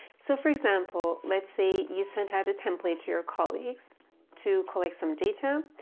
so for example, let's say you sent out a template to your colleagues to collect some data.